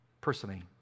personally